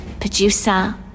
producer